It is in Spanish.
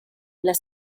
las